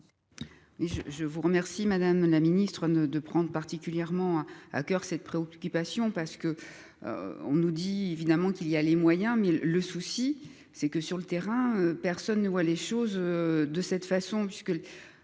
je vous remercie. Madame la Ministre ne de prendre particulièrement à coeur cette préoccupation parce que. On nous dit évidemment qu'il y a les moyens mais le souci c'est que sur le terrain, personne ne voit les choses de cette façon